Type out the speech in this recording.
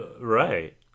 Right